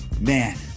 man